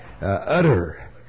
utter